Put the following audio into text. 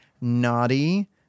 naughty